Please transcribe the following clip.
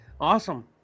Awesome